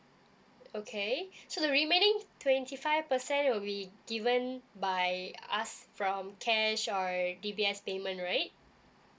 okay so the remaining twenty five percent will be given by us from cash or D_B_S payment right